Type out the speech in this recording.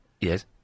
Yes